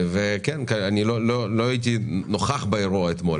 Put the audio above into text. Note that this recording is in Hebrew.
לא הייתי נוכח באירוע המדובר,